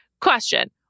Question